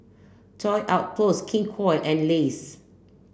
Toy Outpost King Koil and Lays